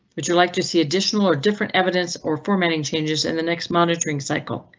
would you like to see additional or different evidence or formatting changes in the next monitoring cycle?